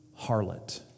harlot